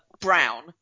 Brown